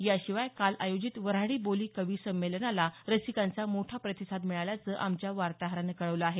याशिवाय काल आयोजित वऱ्हाडी बोली कवी संमेलनाला रसिकांचा मोठा प्रतिसाद मिळाल्याचं आमच्या वार्ताहरानं कळवलं आहे